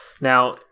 Now